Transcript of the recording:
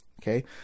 Okay